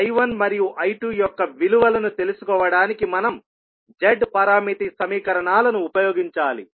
I1 మరియు I2 యొక్క విలువలను తెలుసుకోవడానికి మనం Z పారామితి సమీకరణాలను ఉపయోగించాలి